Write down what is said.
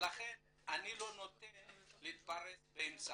לכן אני לא מרשה להתפרץ באמצע.